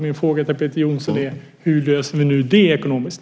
Min fråga till Peter Jonsson är: Hur löser vi nu det ekonomiskt?